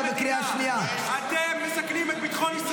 תתביישו לכם.